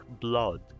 blood